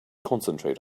concentrate